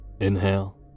Inhale